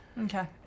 Okay